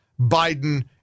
Biden